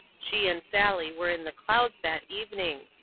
she and sally were in the clouds that evening.